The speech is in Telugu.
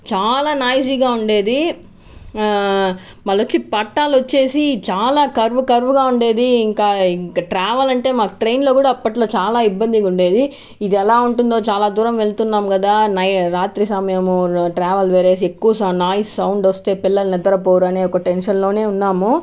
చాలా నాయిసీ గా ఉండేది మల్లవచ్చి పట్టాలు వచ్చేసి చాలా కరువు కరువుగా ఉండేది ఇంకా ట్రావెల్ అంటే మాకు ట్రైన్ లో కూడా అప్పట్లో చాలా ఇబ్బందిగా ఉండేది ఇది ఎలా ఉంటుందో చాలా దూరం వెళుతున్నాం కదా నైట్ రాత్రి సమయము ట్రావెల్స్ వేరేసి ఎక్కువ నాయిస్ సౌండ్ వస్తే పిల్లలను నిద్రపోరు అనే ఒక టెన్షన్ లోనే ఉన్నాము